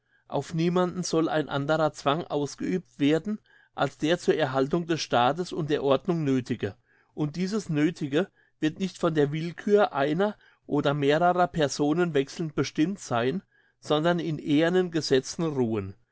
auf niemanden soll ein anderer zwang ausgeübt werden als der zur erhaltung des staates und der ordnung nöthige und dieses nöthige wird nicht von der willkür einer oder mehrerer personen wechselnd bestimmt sein sondern in ehernen gesetzen ruhen